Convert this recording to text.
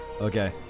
Okay